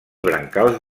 brancals